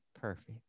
perfect